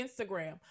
instagram